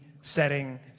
setting